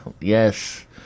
Yes